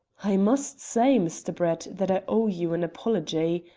i must say, mr. brett, that i owe you an apology.